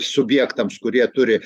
subjektams kurie turi